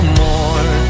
more